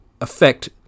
Affect